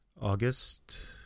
August